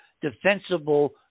defensible